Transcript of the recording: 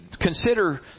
consider